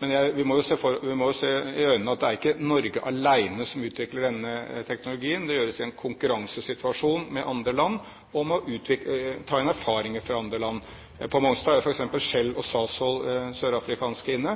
Vi må se i øynene at det ikke er Norge alene som utvikler denne teknologien. Det gjøres i en konkurransesituasjon med andre land, og ved å ta inn erfaringer fra andre land. På Mongstad er f.eks. Shell og sørafrikanske Sasol inne,